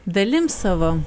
dalim savo